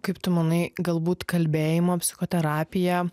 kaip tu manai galbūt kalbėjimo psichoterapija